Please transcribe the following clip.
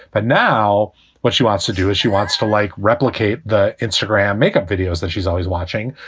but now what she wants to do is she wants to, like, replicate the instagram makeup videos that she's always watching.